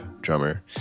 drummer